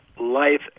life